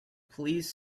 please